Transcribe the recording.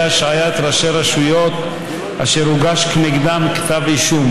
השעיית ראשי רשויות אשר הוגש כנגדם כתב אישום,